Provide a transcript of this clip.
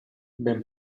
ben